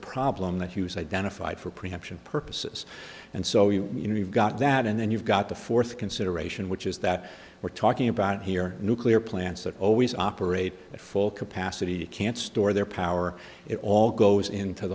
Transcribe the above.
problem that hughes identified for preemption purposes and so you know you've got that and then you've got the fourth consideration which is that we're talking about here nuclear plants that always operate at full capacity can't store their power it all goes into